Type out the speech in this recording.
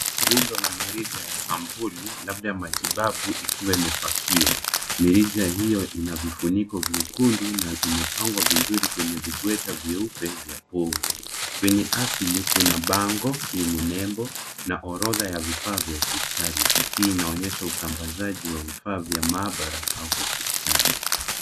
Rundo la mirija ya sampuli, labda matibabu ikiwa imepakiwa. Mirija hiyo ina vifuniko vyekundu, na imepangwa vizuri kwenye vibweta vyeupe vya povu. Kwenye asili, kuna bango yenye nembo, na orodha ya vifaa vya hospitali. Hii inaonyesha usambazaji wa vifaa vya maabara, au hospitali.